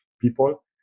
people